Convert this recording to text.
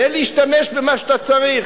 ולהשתמש במה שאתה צריך,